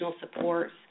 supports